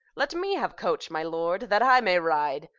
let me have coach, my lord, that i may ride,